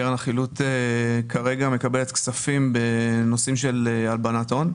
קרן החילוט כרגע מקבלת כספים בנושאים של הלבנת הון.